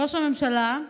ראש הממשלה,